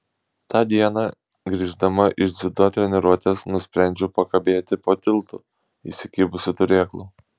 tą dieną grįždama iš dziudo treniruotės nusprendžiau pakabėti po tiltu įsikibusi turėklų